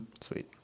Sweet